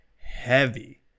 heavy